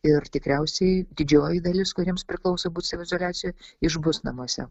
ir tikriausiai didžioji dalis kuriems priklauso būt saviizoliacijoj išbus namuose